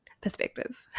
perspective